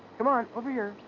come on, over here.